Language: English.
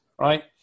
right